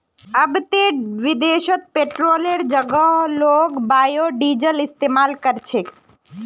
अब ते विदेशत पेट्रोलेर जगह लोग बायोडीजल इस्तमाल कर छेक